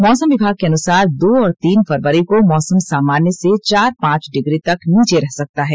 मौसम विभाग के अनुसार दो और तीन फरवरी को मौसम सामान्य से चार पांच डिग्री तक नीचे रह सकता है